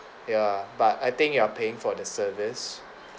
ya but I think you are paying for the service